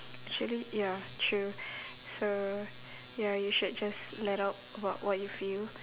actually ya true so ya you should just let out about what you feel